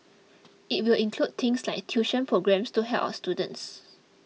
it will include things like tuition programmes to help our students